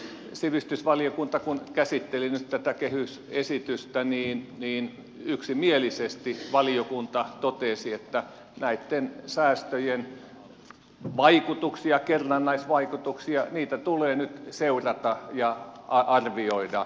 kun sivistysvaliokunta käsitteli nyt tätä kehysesitystä se yksimielisesti totesi että näitten säästöjen vaikutuksia kerrannaisvaikutuksia tulee nyt seurata ja arvioida